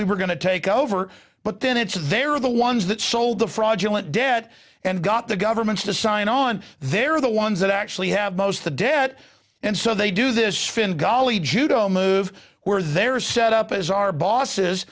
we were going to take over but then it's there are the ones that sold the fraudulent debt and got the governments to sign on they're the ones that actually have most of the debt and so they do this fin golly judo move where they're set up as our bosses